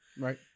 Right